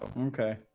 Okay